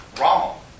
wrong